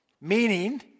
Meaning